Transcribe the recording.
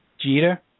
Jeter